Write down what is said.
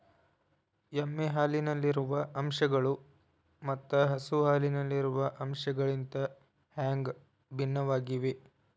ಎಮ್ಮೆ ಹಾಲಿನಲ್ಲಿರುವ ಅಂಶಗಳು ಮತ್ತ ಹಸು ಹಾಲಿನಲ್ಲಿರುವ ಅಂಶಗಳಿಗಿಂತ ಹ್ಯಾಂಗ ಭಿನ್ನವಾಗಿವೆ?